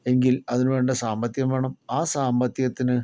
എങ്കിൽ അതിനു വേണ്ട സാമ്പത്തികം വേണം ആ സാമ്പത്തികത്തിന്